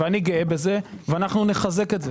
אני גאה בזה ונחזק את זה